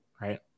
right